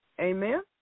Amen